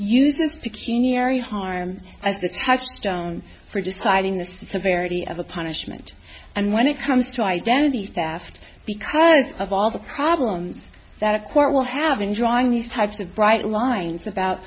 the touchstone for deciding the severity of the punishment and when it comes to identity theft because of all the problems that a court will have been drawing these types of bright lines about